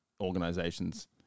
organizations